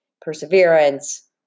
perseverance